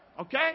Okay